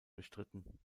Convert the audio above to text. bestritten